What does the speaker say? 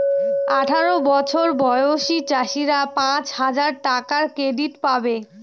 আঠারো বছর বয়সী চাষীরা পাঁচ হাজার টাকার ক্রেডিট পাবে